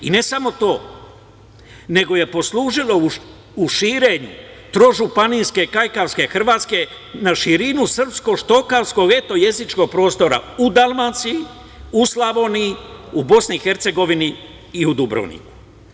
I ne samo to, nego je poslužilo u širenju trožupanijske kajkavske Hrvatske, na širinu srpsko štokavsko etno jezičkog prostora u Dalmaciji, u Slavoniji, u BiH i u Dubrovniku.